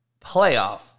playoff